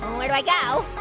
where do i go?